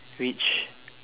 which